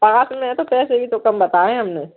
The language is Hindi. पास में है तो पैसे भी तो कम बताए हैं हमने